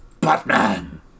Batman